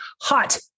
Hot